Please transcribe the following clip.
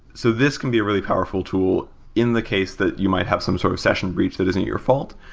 so this can be a really powerful tool in the case that you might have some sort of session breach that isn't your fault.